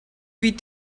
wie